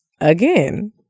again